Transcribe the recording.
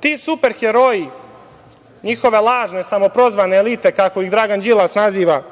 Ti super heroji, njihove lažne, samoprozvane elite kako ih Dragan Đilas naziva,